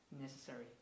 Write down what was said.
necessary